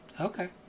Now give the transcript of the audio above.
Okay